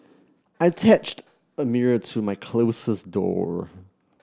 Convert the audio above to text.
I attached a mirror to my closet door